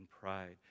pride